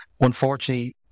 Unfortunately